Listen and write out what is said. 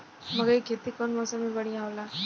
मकई के खेती कउन मौसम में बढ़िया होला?